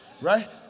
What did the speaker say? Right